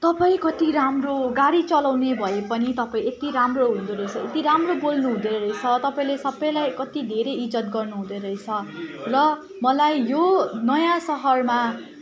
तपाईँ कति राम्रो गाडी चलाउने भए पनि तपाईँ यति राम्रो हुनुहुँदो रहेछ यति राम्रो बोल्नु हुँदोरहेछ तपाईँले सबैलाई कति धेरै इज्जत गर्नु हुँदोरहेछ र मलाई यो नयाँ सहरमा